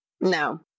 No